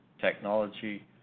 technology